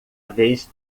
vez